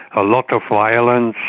a lot of violence,